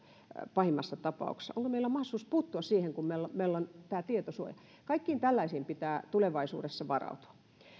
pahimmassa tapauksessa onko meillä mahdollisuus puuttua siihen kun meillä on meillä on tämä tietosuoja kaikkiin tällaisiin pitää tulevaisuudessa varautua